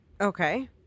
Okay